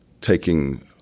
taking